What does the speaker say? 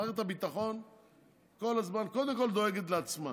מערכת הביטחון כל הזמן דואגת קודם כול לעצמה,